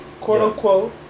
quote-unquote